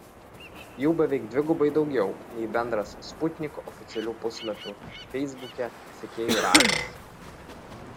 jų beveik dvigubai daugiau nei bendras sputnik oficialių puslapių feisbuke sekėjų ratas